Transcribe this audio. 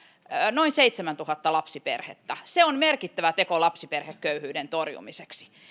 noin seitsemäntuhatta lapsiperhettä se on merkittävä teko lapsiperheköyhyyden torjumiseksi